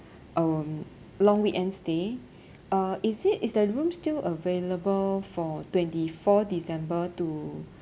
um long weekend stay uh is it is the room still available for twenty four december to